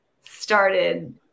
started